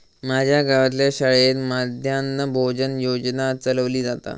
माज्या गावातल्या शाळेत मध्यान्न भोजन योजना चलवली जाता